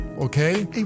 okay